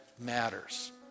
matters